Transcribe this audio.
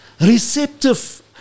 receptive